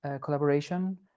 collaboration